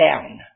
down